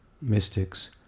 mystics